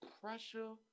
pressure